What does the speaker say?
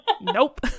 nope